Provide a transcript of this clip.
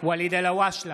ואליד אלהואשלה,